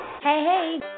Hey